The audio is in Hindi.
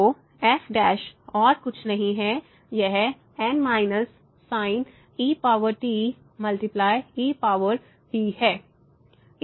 तो f और कुछ नहीं है यह n −sin et×et है